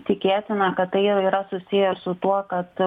tikėtina kad tai jau yra susiję su tuo kad